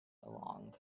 along